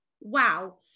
wow